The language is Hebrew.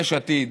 יש עתיד